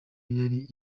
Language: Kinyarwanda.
yari